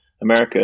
America